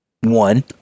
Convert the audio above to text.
One